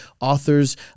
authors